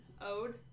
Ode